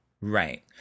Right